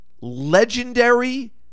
legendary